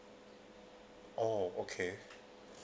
oh okay